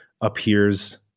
appears